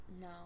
No